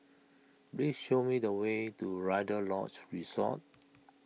please show me the way to Rider's Lodge Resort